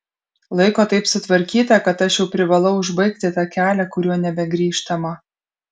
laiko taip sutvarkyta kad aš jau privalau užbaigti tą kelią kuriuo nebegrįžtama